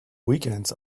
weekends